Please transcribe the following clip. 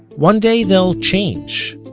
one day, they'll change.